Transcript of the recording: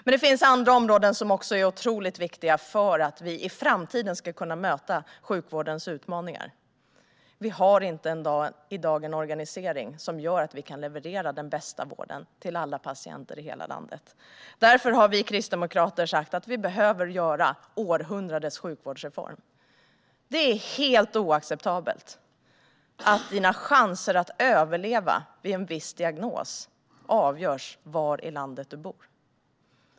Men det finns andra områden som också är otroligt viktiga för att vi i framtiden ska kunna möta sjukvårdens utmaningar. Vi har inte i dag en organisation som gör att vi kan leverera den bästa vården till alla patienter i hela landet. Därför har vi kristdemokrater sagt att vi behöver göra århundradets sjukvårdsreform. Det är helt oacceptabelt att dina chanser att överleva med en viss diagnos avgörs av var i landet du bor.